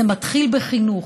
זה מתחיל בחינוך,